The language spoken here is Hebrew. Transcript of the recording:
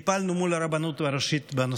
מול הרבנות הראשית.